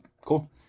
cool